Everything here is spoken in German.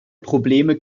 probleme